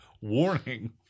Warning